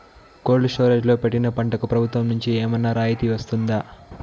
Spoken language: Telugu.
కోల్డ్ స్టోరేజ్ లో పెట్టిన పంటకు ప్రభుత్వం నుంచి ఏమన్నా రాయితీ వస్తుందా?